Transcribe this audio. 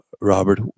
Robert